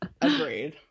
Agreed